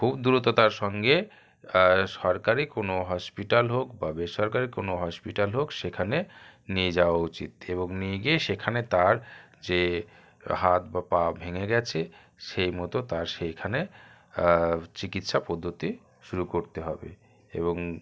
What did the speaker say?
খুব দ্রুততার সঙ্গে সরকারি কোনো হসপিটাল হোক বা বেসরকারি কোনো হসপিটাল হোক সেখানে নিয়ে যাওয়া উচিত এবং নিয়ে গিয়ে সেখানে তার যে হাত বা পা ভেঙে গেছে সেই মতো তার সেইখানে চিকিৎসা পদ্ধতি শুরু করতে হবে এবং